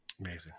Amazing